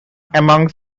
among